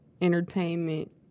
entertainment